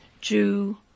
Jew